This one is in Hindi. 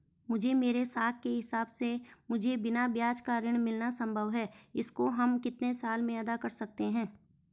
मुझे मेरे साख के हिसाब से मुझे बिना ब्याज का ऋण मिलना संभव है इसको हम कितने साल में अदा कर सकते हैं?